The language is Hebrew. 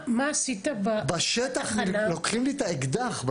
בשטח לוקחים לי את האקדח.